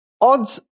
odds